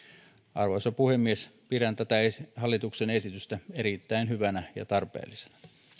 arvoisa puhemies pidän tätä hallituksen esitystä erittäin hyvänä ja tarpeellisena